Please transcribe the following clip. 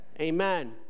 Amen